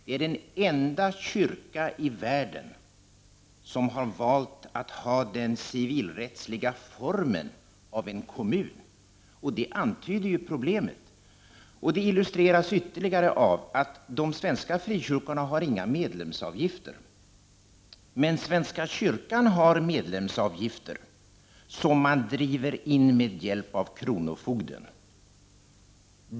Det är den enda kyrka i världen som har valt att ha den civilrättsliga formen av en kommun. Det antyder problemet. Det illustreras ytterligare av att de svenska frikyrkorna inte har några medlemsavgifter. Men svenska kyrkan har medlemsavgifter, som man driver in av hjälp av kronofogden!